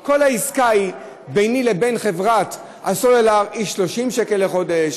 כל העסקה ביני לבין חברת הסלולר היא 30 שקל לחודש,